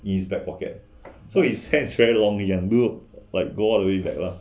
he is bag pocket so his hand is very long long hand he can the like all the way back lah